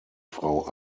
frau